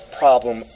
problem